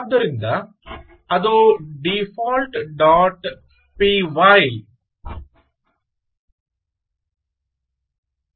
ಆದ್ದರಿಂದ ಅದು default dot P Y default